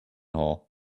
hole